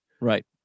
Right